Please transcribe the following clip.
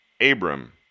Abram